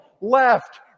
left